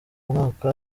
mwaka